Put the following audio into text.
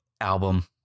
album